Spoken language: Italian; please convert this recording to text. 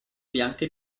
bianche